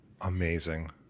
Amazing